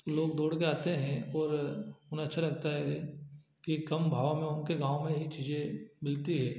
लोग दौड़ के आते हैं और उन्हें अच्छा लगता है कि कम भाव में उनके गाँव में ही चीजें मिलती हैं